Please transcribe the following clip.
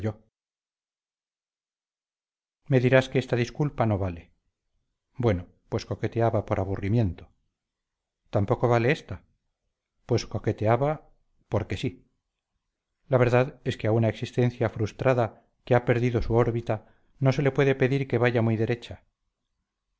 me dirás que esta disculpa no vale bueno pues coqueteaba por aburrimiento tampoco vale esta pues coqueteaba porque sí la verdad es que a una existencia frustrada que ha perdido su órbita no se le puede pedir que vaya muy derecha